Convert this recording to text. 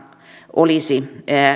olisi